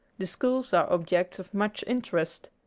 the schools are objects of much interest.